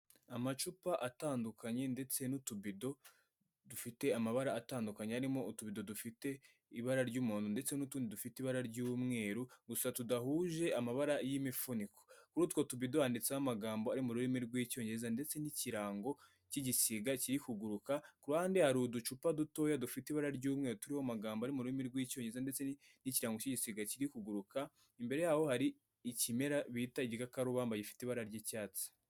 Amacupa atandukanye ndetse n'utubido dufite amabara atandukanye arimo utubido dufite ibara ry'umuhondo ndetse n'utundi dufite ibara ry'umweru gusa tudahuje amabara y'imifuniko , kuri utwo tubido handitseho amagambo ari mu rurimi rw'icyongereza ndetse n'ikirango cy'igisiga kiri kuguruka kuruhande hari uducupa dutoya dufite ibara ry'umweru turiho amagambo ari mu rurimi rw'icyongerezaza ndetse n'kirarango cy’igisiga kiri kuguruka imbere yaho hari ikimera bita igikakarubamba gifite ibara ry'icyatsi.